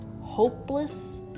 hopeless